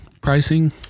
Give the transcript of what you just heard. pricing